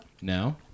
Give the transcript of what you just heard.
No